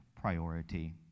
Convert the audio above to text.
priority